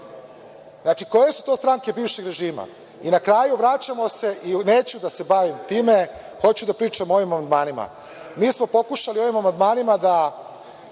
Znači, koje su to stranke bivšeg režima. Na kraju, vraćamo se i neću da se bavim time, hoću da pričam o ovim amandmanima. Mi smo pokušali ovim amandmanima da